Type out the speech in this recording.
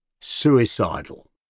suicidal